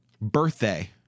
birthday